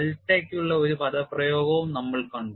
ഡെൽറ്റയ്ക്കുള്ള ഒരു പദപ്രയോഗവും നമ്മൾ കണ്ടു